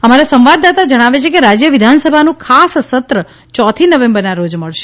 અમારા સંવાદદાતા જણાવે છે કે રાજ્ય વિધાનસભાનું ખાસ સત્ર ચોથી નવેમ્બરના રોજ મળશે